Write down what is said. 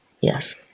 Yes